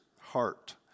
heart